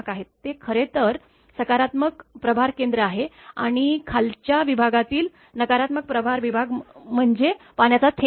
ते खरे तर सकारात्मक प्रभार केंद्र आहे आणि खालच्या विभागातील नकारात्मक प्रभार विभाग म्हणजे पाण्याचा थेंब आहे